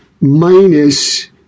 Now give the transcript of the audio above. minus